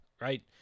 right